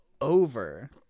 over